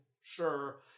sure